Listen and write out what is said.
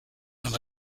and